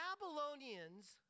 Babylonians